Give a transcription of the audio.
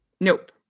Nope